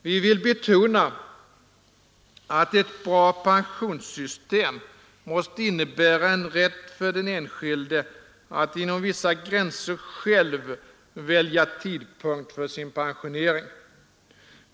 Vi vill betona att ett bra pensionssystem måste innebära en rätt för den enskilde att inom vissa gränser själv välja tidpunkt för sin pensionering.